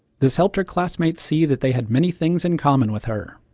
this helped her classmates see that they had many things in common with her.